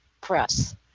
press